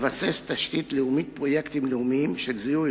לבסס תשתית לאומית לפרויקטים לאומיים של זיהוי